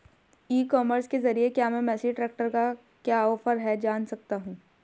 ई commerce के ज़रिए क्या मैं मेसी ट्रैक्टर का क्या ऑफर है जान सकता हूँ?